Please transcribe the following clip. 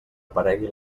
aparegui